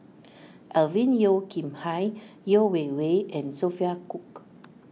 Alvin Yeo Khirn Hai Yeo Wei Wei and Sophia Cooke